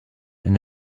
and